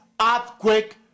earthquake